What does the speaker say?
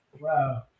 Wow